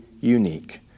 unique